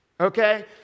okay